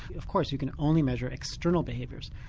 of course you can only measure external behaviours.